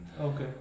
Okay